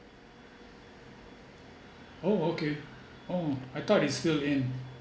oh okay oh I thought it's still in